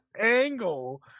angle